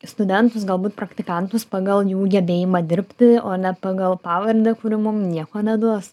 studentus galbūt praktikantus pagal jų gebėjimą dirbti o ne pagal pavardę kuri mum nieko neduos